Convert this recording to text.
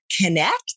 connect